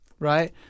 Right